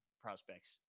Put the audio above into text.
prospects